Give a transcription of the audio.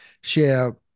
share